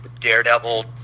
Daredevil